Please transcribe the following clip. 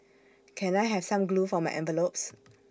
can I have some glue for my envelopes